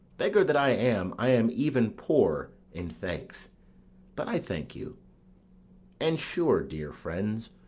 beggar that i am, i am even poor in thanks but i thank you and sure, dear friends,